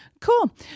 Cool